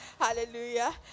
Hallelujah